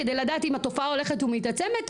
כדי לדעת אם התופעה הולכת ומתעצמת,